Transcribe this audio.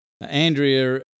Andrea